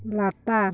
ᱞᱟᱛᱟᱨ